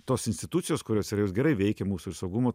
tos institucijos kurios yra jos gerai veikia mūsų ir saugumo